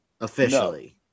officially